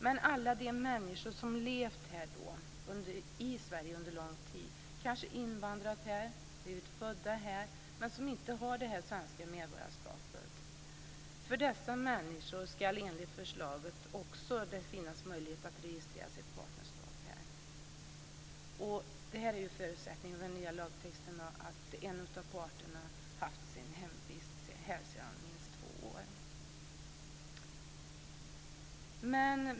Men alla de människor som levt här i Sverige under lång tid, som kanske invandrat eller blivit födda här men som inte har svenskt medborgarskap, ska enligt förslaget också ha möjlighet att registrera sitt partnerskap här. Förutsättningen för detta enligt den nya lagtexten är att en av parterna haft sin hemvist här sedan minst två år.